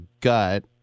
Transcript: gut